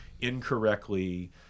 incorrectly